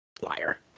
Liar